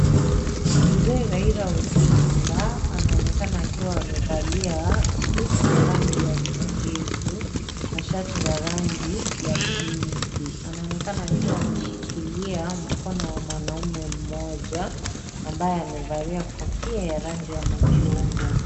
Mzee Raila Odinga, anaonekana akiwa amevalia suti ya rangi ya kijivu na shati la rangi ya pinki. Anaonekana akiwa ameshikilia mkono wa mwanaume mmoja, ambaye amevalia kofia ya rangi ya machungwa.